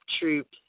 troops